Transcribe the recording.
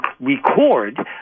record